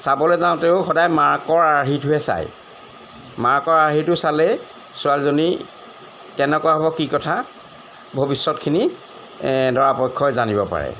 চাবলৈ যাওঁতেও সদায় মাকৰ আৰ্হিটোহে চায় মাকৰ আৰ্হিটো চালেই ছোৱালীজনী কেনেকুৱা হ'ব কি কথা ভৱিষ্যতখিনি দৰাপক্ষই জানিব পাৰে